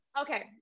okay